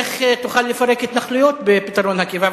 איך תוכל לפרק התנחלויות בפתרון הקבע?